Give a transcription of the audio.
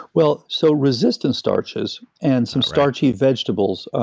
well, so resistance starches, and some starchy vegetables,